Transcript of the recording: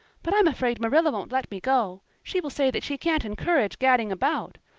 but i'm afraid marilla won't let me go. she will say that she can't encourage gadding about.